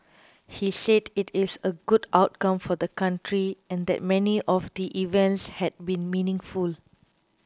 he said it is a good outcome for the country and that many of the events had been meaningful